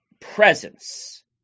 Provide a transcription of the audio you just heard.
presence